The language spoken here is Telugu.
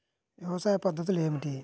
వ్యవసాయ పద్ధతులు ఏమిటి?